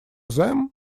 them